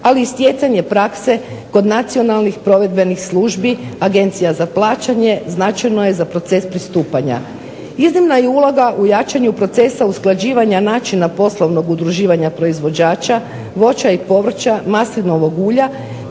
ali i stjecanje prakse kod nacionalnih provedbenih službi agencija za plaćanje. Značajno je za proces pristupanja. Iznimna je uloga u jačanju procesa usklađivanja načina poslovnog udruživanja proizvođača voća i povrća, maslinovog ulja